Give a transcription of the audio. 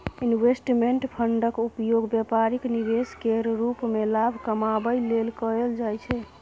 investment फंडक उपयोग बेपारिक निवेश केर रूप मे लाभ कमाबै लेल कएल जाइ छै